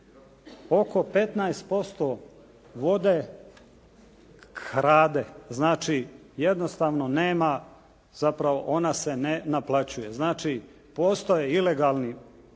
oko 15% vode krade. Znači jednostavno nema, zapravo ona se ne naplaćuje. Znači postoje ilegalni priključci